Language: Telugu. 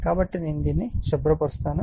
కాబట్టి నేను దానిని శుభ్రపరుస్తాను